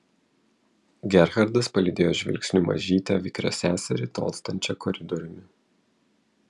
gerhardas palydėjo žvilgsniu mažytę vikrią seserį tolstančią koridoriumi